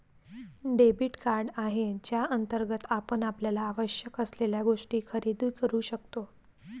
debit card आहे ज्याअंतर्गत आपण आपल्याला आवश्यक असलेल्या गोष्टी खरेदी करू शकतो